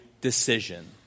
decision